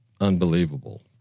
Unbelievable